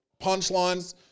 punchlines